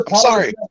sorry